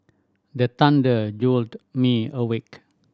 the thunder jolt me awake